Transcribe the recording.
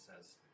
says